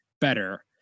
better